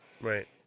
Right